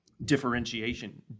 differentiation